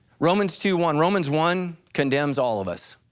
romans two one, romans one condemns all of us,